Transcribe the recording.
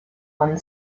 one